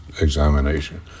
examination